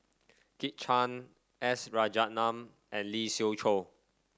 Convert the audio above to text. Kit Chan S Rajaratnam and Lee Siew Choh